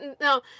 No